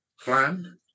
plan